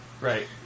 Right